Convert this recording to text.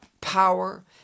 power